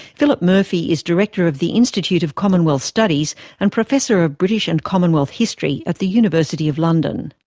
philip murphy is director of the institute of commonwealth studies and professor of british and commonwealth history at the university of london.